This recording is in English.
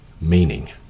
meaning